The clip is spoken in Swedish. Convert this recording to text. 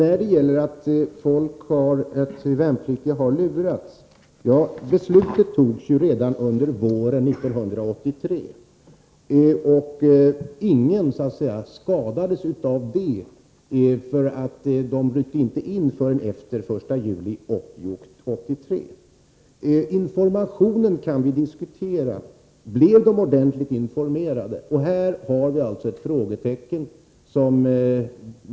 Beträffande detta att värnpliktiga skulle ha lurats vill jag säga: Beslutet togs redan under våren 1983, och ingen skadades av det, eftersom de värnpliktiga inte ryckte in förrän efter den 1 juni 1983. Informationsfrågan kan vi diskutera. Blev de värnpliktiga ordentligt informerade? Här finns det ett frågetecken.